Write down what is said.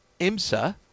IMSA